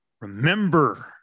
Remember